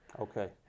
Okay